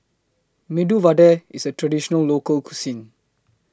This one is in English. Medu Vada IS A Traditional Local Cuisine